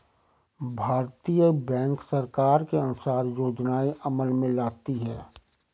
भारतीय बैंक सरकार के अनुसार योजनाएं अमल में लाती है